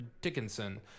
Dickinson